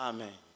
Amen